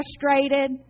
frustrated